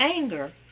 Anger